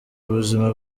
ubuzima